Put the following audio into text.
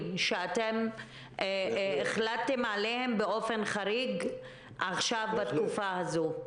שאתם החלטתם עליהם באופן חריג עכשיו בתקופה הזאת?